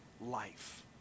life